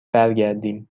برگردیم